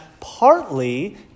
partly